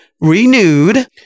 renewed